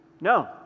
No